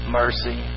mercy